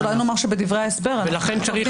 אז אולי נאמר שבדברי ההסבר אנחנו מתכוונים